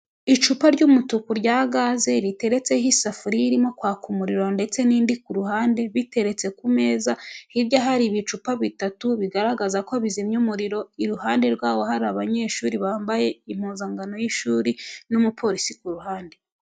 Icupa ry'umutuku rya gaze, riteretseho isafuriya irimo kwaka umuriro ndetse n'indi ku ruhande, biteretse ku meza, hirya hari ibicupa bitatu bigaragaza ko bizimya umuriro, iruhande rwabo hari abanyeshuri bambaye impuzankano y'ishuri n'umupolisi ku ruhande.